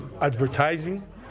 advertising